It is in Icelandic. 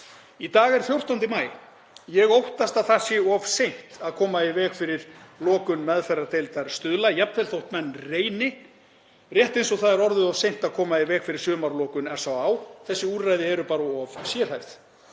Í dag er 14. maí. Ég óttast að það sé of seint að koma í veg fyrir lokun meðferðardeildar Stuðla jafnvel þótt menn reyni, rétt eins og það er orðið of seint að koma í veg fyrir sumarlokun SÁÁ. Þessi úrræði eru bara of sérhæfð.